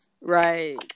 Right